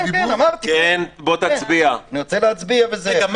כן, אמרתי, אני רוצה להצביע וזהו.